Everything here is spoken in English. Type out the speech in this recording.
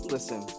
Listen